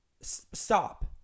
stop